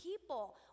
people